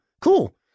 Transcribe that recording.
cool